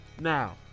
Now